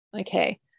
Okay